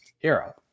era